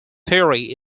theory